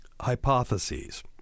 hypotheses